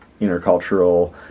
intercultural